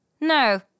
no